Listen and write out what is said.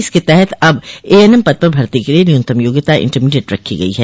इसके तहत अब एएनएम पद पर भर्ती के लिये न्यूनतम योग्यता इण्टरमीडिएट रखी गई है